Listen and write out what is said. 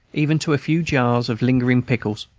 even to a few jars of lingering pickles.